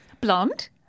Blonde